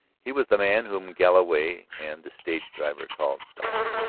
he was the man whom galloway and the stage-driver called doc,